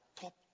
top